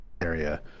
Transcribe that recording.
area